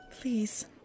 Please